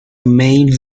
main